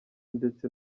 ndetse